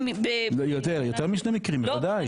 לא, יותר משני מקרים, בוודאי.